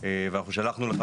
שלחנו לך,